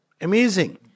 amazing